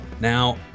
Now